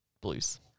Blues